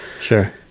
Sure